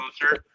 closer